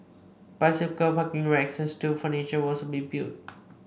bicycle parking racks and street furniture will also be built